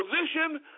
position